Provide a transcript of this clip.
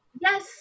yes